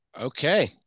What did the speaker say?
Okay